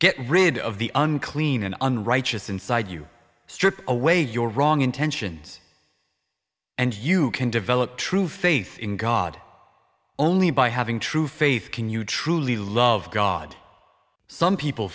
get rid of the unclean and unrighteous inside you strip away your wrong intentions and you can develop true faith in god only by having true faith can you truly love god some people